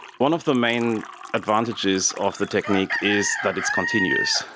one of the main advantages of the technique is that it's continuous.